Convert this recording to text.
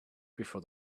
before